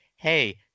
hey